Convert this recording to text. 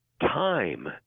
time